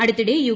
അടുത്തിടെ യു